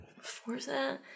Forza